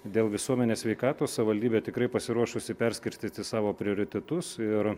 dėl visuomenės sveikatos savivaldybė tikrai pasiruošusi perskirstyti savo prioritetus ir